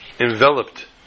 enveloped